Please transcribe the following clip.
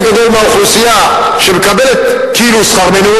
גדול מהאוכלוסייה שמקבלת כאילו שכר מינימום,